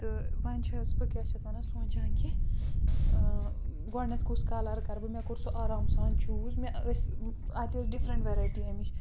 تہٕ وۄنۍ چھَس بہٕ کیٛاہ چھِ اَتھ وَنان سونٛچان کہِ گۄڈٕنٮ۪تھ کُس کَلَر کَرٕ بہٕ مےٚ کوٚر سُہ آرام سان چوٗز مےٚ ٲسۍ اَتہِ ٲس ڈِفرَنٛٹ وٮ۪رایٹی اَمِچ